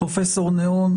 פרופ' נהון,